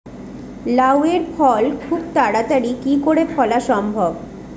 লাউ এর ফল খুব তাড়াতাড়ি কি করে ফলা সম্ভব?